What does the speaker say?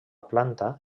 planta